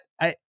I-